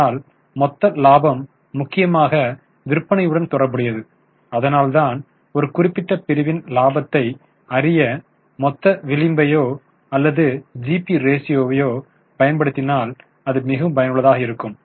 ஆனால் மொத்த இலாபம் முக்கியமாக விற்பனையுடன் தொடர்புடையது அதனால்தான் ஒரு குறிப்பிட்ட பிரிவின் இலாபத்தை அறிய மொத்த விளிம்பையோ அல்லது ஜிபி ரேஸியோவையோ பயன்படுத்தினால் அது மிகவும் பயனுள்ளதாக இருக்கும்